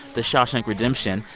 the shawshank redemption.